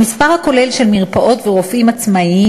המספר הכולל של מרפאות ורופאים עצמאים